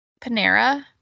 Panera